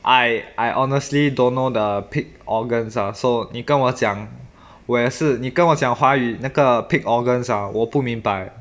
I I honestly don't know the pig organs ah so 你跟我讲我也是你跟我讲华语那个 pig organs ah 我不明白